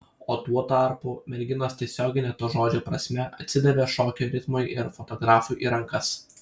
o tuo tarpu merginos tiesiogine to žodžio prasme atsidavė šokio ritmui ir fotografui į rankas